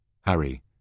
Harry